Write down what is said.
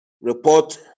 report